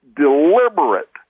deliberate